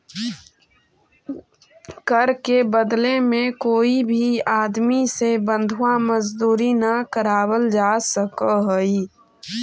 कर के बदले में कोई भी आदमी से बंधुआ मजदूरी न करावल जा सकऽ हई